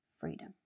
freedom